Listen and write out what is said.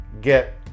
get